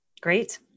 Great